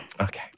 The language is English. Okay